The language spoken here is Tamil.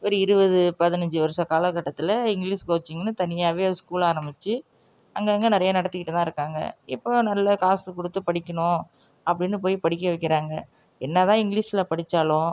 ஒரு இருபது பதினஞ்சு வருஷ காலக்கட்டத்தில் இங்கிலீஸ் கோச்சிங்னு தனியாகவே ஸ்கூல் ஆரம்பிச்சு அங்கங்கே நிறையா நடத்திக்கிட்டுதான் இருக்காங்க இப்போது நல்ல காசு கொடுத்து படிக்கணும் அப்படின்னு போய் படிக்க வைக்கிறாங்க என்னதான் இங்கிலீஸில் படித்தாலும்